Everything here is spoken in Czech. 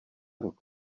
rok